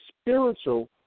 spiritual